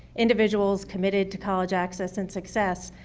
individuals committed to college access and success,